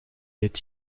est